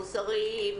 מוסריים,